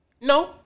No